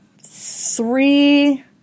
three